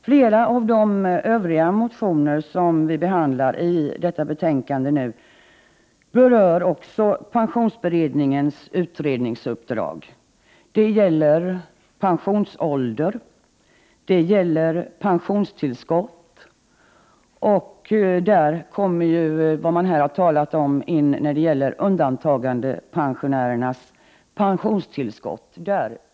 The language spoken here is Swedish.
Flera av de övriga motioner som vi behandlar i detta betänkande berör också pensionsberedningens utredningsuppdrag. Det gäller pensionsålder och pensionstillskott. Där kommer även undantagandepensionärernas pensionstillskott, som man här har talat om, in.